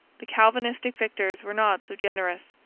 the calvinistic victors were not so generous.